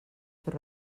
fer